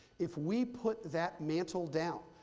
if we put that mantle down,